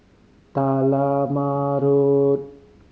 Talma Road